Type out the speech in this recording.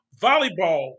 volleyball